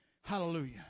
Hallelujah